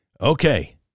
okay